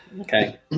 Okay